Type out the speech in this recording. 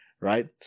right